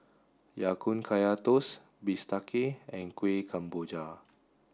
Ya Kun Kaya Toast Bistake and Kueh Kemboja